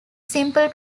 simple